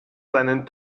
seinen